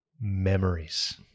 memories